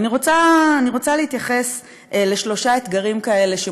ואני רוצה להתייחס לשלושה אתגרים כאלה,